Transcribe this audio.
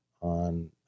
on